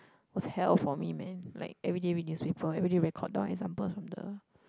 was hell for me man like everyday read newspaper everyday record down examples from the